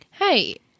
Hey